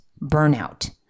burnout